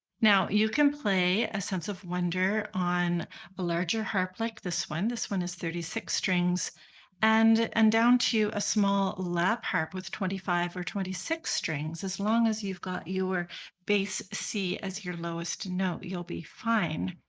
now, you can play a sense of wonder on a larger harp like this one this one is thirty six strings and and down to a small lap harp with twenty five or twenty six strings. as long as you've got your bass c as your lowest note you'll be fine.